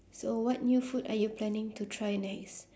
so what new food are you planning to try next